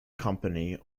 company